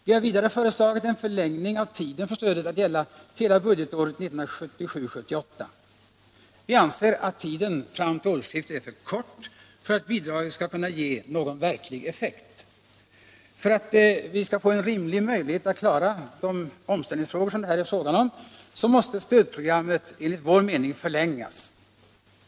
Vi har vidare föreslagit en förlängning av tiden då stödet skall gälla till hela budgetåret 1977/78. Vi anser att tiden fram till årsskiftet är för kort för att bidragen skall kunna ge någon verklig effekt. För att vi skall få en rimlig möjlighet att klara de omställningsfrågor det här gäller, måste stödprogrammet enligt vår mening förlängas.